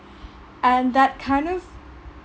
and that kind of